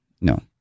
no